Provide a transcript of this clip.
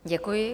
Děkuji.